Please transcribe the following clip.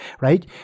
right